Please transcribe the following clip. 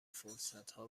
فرصتها